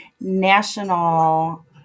national